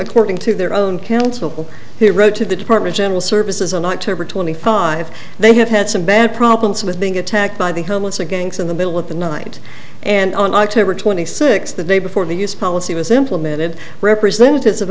according to their own council he wrote to the department general services on october twenty five they have had some bad problems with being attacked by the homeless again in the middle of the night and on october twenty sixth the day before the us policy was implemented representatives